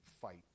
fight